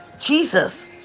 Jesus